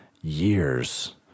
years